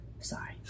Sorry